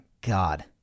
god